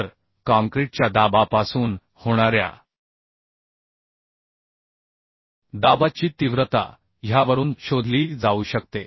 तर काँक्रीटच्या दाबापासून होणाऱ्या दबावाची तीव्रता ह्यावरून शोधली जाऊ शकते